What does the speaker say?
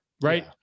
right